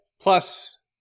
plus